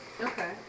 Okay